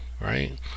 right